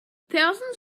thousands